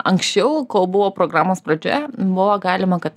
anksčiau buvo programos pradžia buvo galima kad